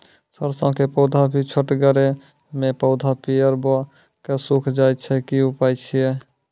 सरसों के पौधा भी छोटगरे मे पौधा पीयर भो कऽ सूख जाय छै, की उपाय छियै?